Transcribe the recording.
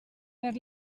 per